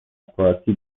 پارتی